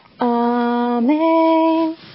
Amen